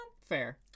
fair